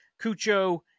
Cucho